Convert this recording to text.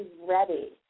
ready